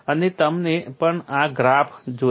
અને તમે પણ આ ગ્રાફ્સ જોયા